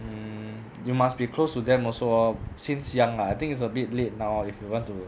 hmm you must be close to them also lor since young I think it's a bit late now if you want to